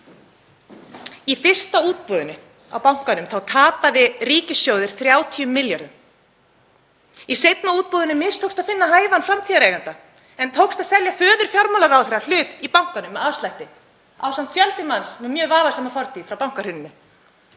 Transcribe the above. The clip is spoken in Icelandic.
Í fyrsta útboðinu á bankanum tapaði ríkissjóður 30 milljörðum. Í seinna útboðinu mistókst að finna hæfan framtíðareiganda en það tókst að selja föður fjármálaráðherra hlut í bankanum með afslætti ásamt fjölda manns með mjög vafasama fortíð frá bankahruninu.